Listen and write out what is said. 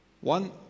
One